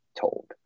told